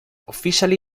officially